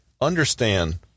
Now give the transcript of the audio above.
understand